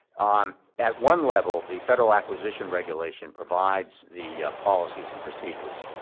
um at one level, the federal acquisition regulation provides the policies and procedures.